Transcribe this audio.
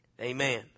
Amen